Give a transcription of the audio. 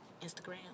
Instagram